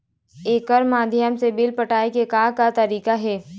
एकर माध्यम से बिल पटाए के का का तरीका हे?